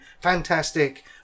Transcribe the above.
fantastic